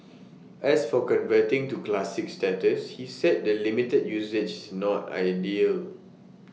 as for converting to classic status he said the limited usage is not ideal